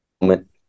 moment